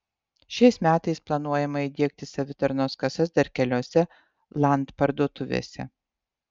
šiais metais planuojama įdiegti savitarnos kasas dar keliose land parduotuvėse